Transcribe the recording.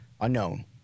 unknown